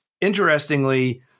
Interestingly